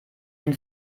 den